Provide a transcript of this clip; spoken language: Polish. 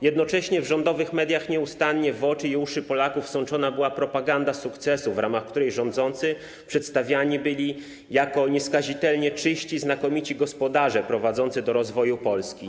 Jednocześnie w rządowych mediach nieustannie w oczy i uszy Polaków sączona była propaganda sukcesu, w ramach której rządzący przedstawiani byli jako nieskazitelnie czyści, znakomici gospodarze prowadzący do rozwoju Polski.